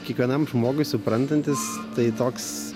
kiekvienam žmogui suprantantis tai toks